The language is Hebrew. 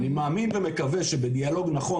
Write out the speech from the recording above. אני מאמין ומקווה שבדיאלוג נכון,